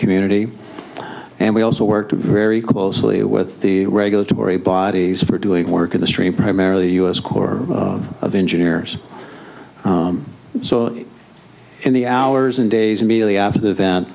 community and we also worked very closely with the regulatory bodies that were doing work in the stream primarily u s corps of engineers so in the hours and days immediately after the event